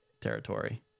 territory